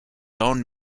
own